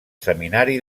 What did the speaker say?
seminari